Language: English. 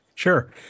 Sure